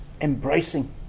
embracing